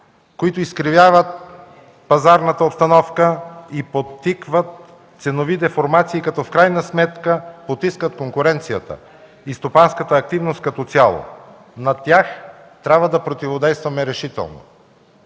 които изкривяват пазарната обстановка и подтикват ценовите формации като в крайна сметка подтискат конкуренцията и стопанската активност като цяло. На тях трябва да противодействаме решително.